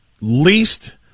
least